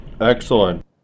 Excellent